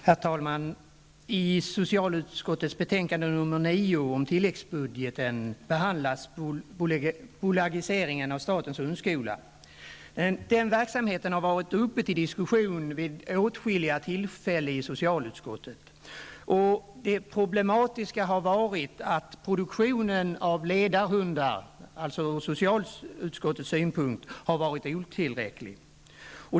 Herr talman! I socialutskottets betänkande 9 om tilläggsbudget I behandlas bolagiseringen av statens hundskola. Den verksamheten har varit uppe till diskussion i socialutskottet vid åtskilliga tillfällen. Det problematiska har varit att produktionen av ledarhundar ur socialutskottets synpunkt har varit otillräcklig.